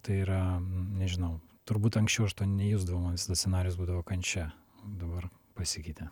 tai yra nežinau turbūt anksčiau aš to nejusdavau man visada scenarijus būdavo kančia o dabar pasikeitė